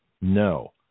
No